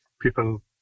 people